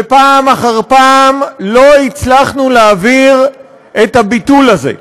ופעם אחר פעם לא הצלחנו להעביר את הביטול הזה.